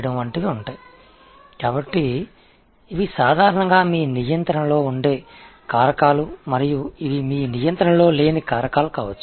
எனவே இவை பொதுவாக உங்கள் கட்டுப்பாட்டில் இருக்கும் காரணிகள் இவை உங்கள் கட்டுப்பாட்டில் இல்லாத காரணிகளாக இருக்கலாம்